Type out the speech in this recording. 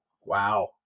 Wow